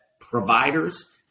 providers